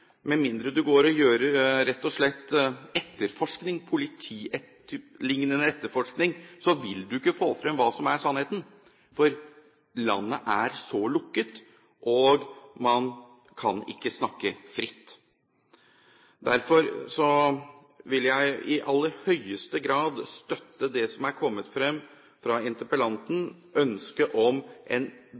med mindre man rett og slett foretar en politiliknende etterforskning, vil man ikke få frem hva som er sannheten, for landet er så lukket, og man kan ikke snakke fritt. Derfor vil jeg i aller høyeste grad støtte det som er kommet frem fra interpellanten, ønsket om